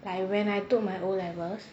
like when I took my O levels